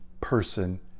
person